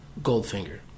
Goldfinger